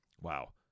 wow